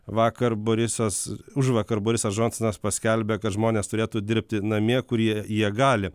vakar borisas užvakar borisas džonsonas paskelbė kad žmonės turėtų dirbti namie kurie jie gali